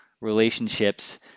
relationships